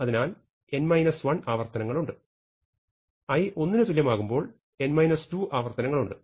അതിനാൽ n 1 ആവർത്തനങ്ങളുണ്ട് i 1 ന് തുല്യമാകുമ്പോൾ n 2 ആവർത്തനങ്ങളുണ്ട്